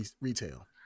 retail